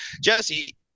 Jesse